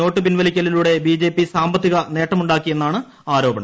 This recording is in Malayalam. നോട്ടു പിൻവലിക്ക്ലിലൂടെ ബിജെപി സാമ്പത്തിക നേട്ടമുണ്ടാക്കിയെന്നാണ്ട് ആരോപണം